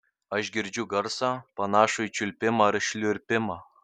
aš girdžiu garsą panašų į čiulpimą ar šliurpimą